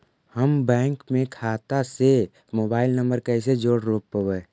हम बैंक में खाता से मोबाईल नंबर कैसे जोड़ रोपबै?